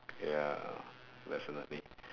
ya that's another thing